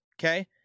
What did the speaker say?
okay